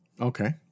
Okay